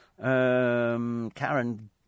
Karen